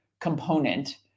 component